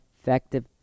effective